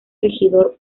regidor